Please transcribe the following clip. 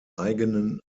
eigenen